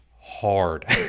hard